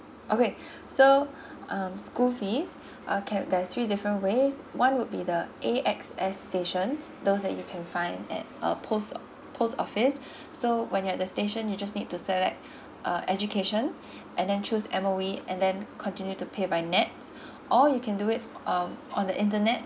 okay so um school fees okay there are three different ways one would be the A_X_S stations those that you can find at a post post office so when you at the station you just need to select uh education and then choose M_O_E and then continue to pay by nets or you can do it um on the internet